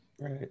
Right